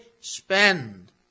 spend